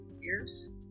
years